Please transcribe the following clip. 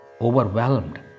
overwhelmed